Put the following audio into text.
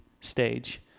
stage